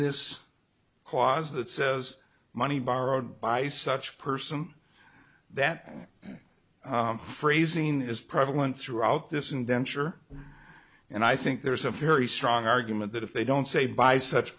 this clause that says money borrowed by such person that phrasing is prevalent throughout this indenture and i think there's a very strong argument that if they don't say by such